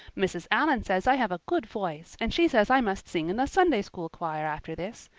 mrs. allan says i have a good voice and she says i must sing in the sunday-school choir after this.